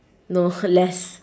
no less